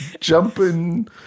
jumping